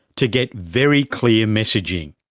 to get very clear messaging.